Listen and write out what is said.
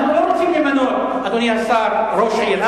אדוני השר, אנחנו לא רוצים למנות ראש עיר.